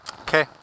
Okay